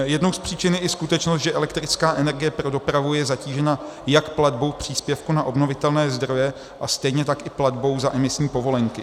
Jednou z příčin je i skutečnost, že elektrická energie pro dopravu je zatížena jak platbou příspěvku na obnovitelné zdroje, tak i platbou za emisní povolenky.